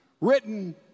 written